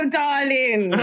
darling